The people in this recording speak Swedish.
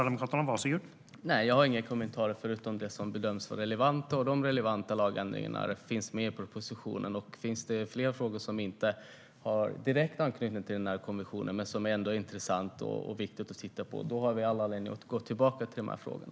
Herr talman! Nej, jag har inga kommentarer förutom dem som bedöms vara relevanta. De relevanta lagändringarna finns med i propositionen. Om det finns fler frågor som inte har direkt anknytning till konventionen men som ändå är intressanta och viktiga att titta på har vi all anledning att komma tillbaka till frågorna.